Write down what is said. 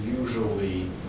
usually